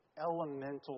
elemental